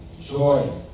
joy